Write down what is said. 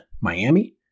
Miami